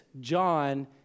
John